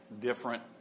different